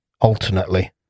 alternately